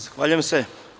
Zahvaljujem se.